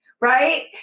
Right